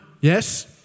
Yes